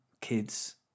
kids